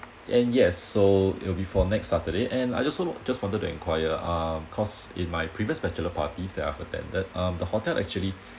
and yes so it'll be for next saturday and I just of just wanted to enquire ah cause in my previous bachelor parties that I've attended um the hotel actually